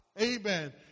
amen